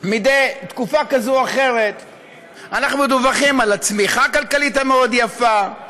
מדי תקופה כזאת או אחרת אנחנו מדווחים על הצמיחה הכלכלית המאוד-יפה,